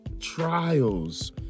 trials